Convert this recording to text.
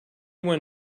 when